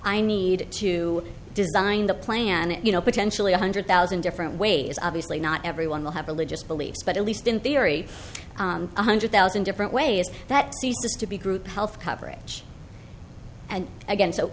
i need to design the planet you know potentially one hundred thousand different ways obviously not everyone will have a list beliefs but at least in theory one hundred thousand different ways that to be group health coverage and again so the